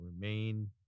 remain